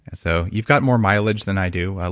and so, you've got more mileage than i do, ah